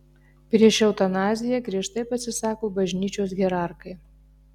prieš eutanaziją giežtai pasisako bažnyčios hierarchai